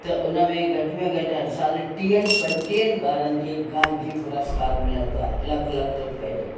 त उन में घट में घटि हर सालु टीहनि पंजटीहनि ॿारनि खे गार्गी पुरस्कार मिलंदो आहे लख लख रुपए जो